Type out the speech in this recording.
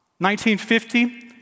1950